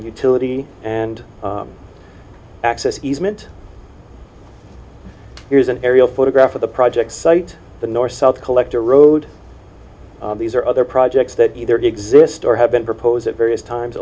utility and access easement here's an aerial photograph of the project site the north south collector road these are other projects that either to exist or have been proposed at various times